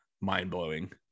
mind-blowing